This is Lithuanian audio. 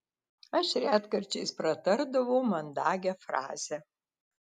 aš retkarčiais pratardavau mandagią frazę